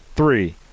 three